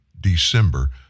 December